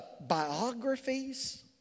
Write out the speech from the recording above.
biographies